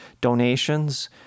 donations